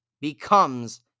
becomes